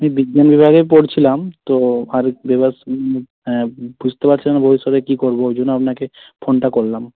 আমি বিজ্ঞান বিভাগেই পড়ছিলাম তো আরো বেটার হ্যাঁ বুঝতে পারছিলাম না ভবিষ্যতে কী করবো ওই জন্য আপনাকে ফোনটা করলাম